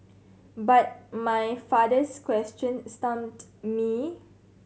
but my father's question stumped me